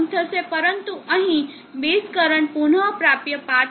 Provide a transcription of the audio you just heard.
પરંતુ અહીં base current પુન પ્રાપ્તિ પાથ હશે